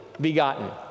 begotten